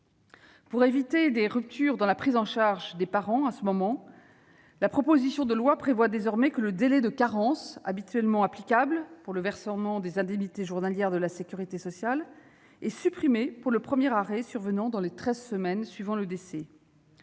Pour éviter des ruptures dans la prise en charge des parents à ce moment, la proposition de loi prévoit désormais que le délai de carence habituellement applicable pour le versement des indemnités journalières de la sécurité sociale est supprimé pour le premier arrêt survenant dans les treize semaines suivant le décès.